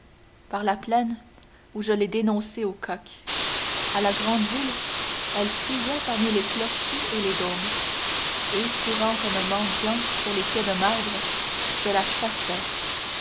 par la plaine où je l'ai dénoncée au coq a la grand'ville elle fuyait parmi les clochers et les dômes et courant comme un mendiant sur les quais de marbre je la chassais